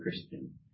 Christian